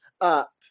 up